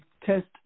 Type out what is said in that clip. test